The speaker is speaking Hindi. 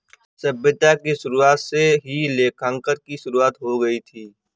सभ्यता की शुरुआत से ही लेखांकन की शुरुआत हो गई थी